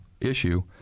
issue